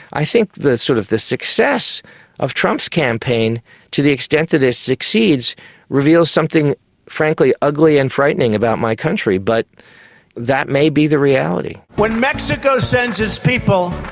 i think the sort of the success of trump's campaign to the extent that it succeeds reveal something frankly ugly and frightening about my country. but that may be the reality. when mexico sends its people,